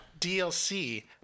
dlc